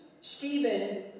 Stephen